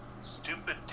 stupid